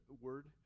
word